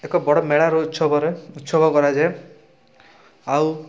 ଏକ ବଡ଼ ମେଳାର ଉତ୍ସବରେ ଉତ୍ସବ କରାଯାଏ ଆଉ